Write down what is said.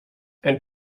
and